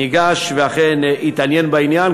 ניגש ואכן התעניין בעניין,